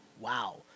wow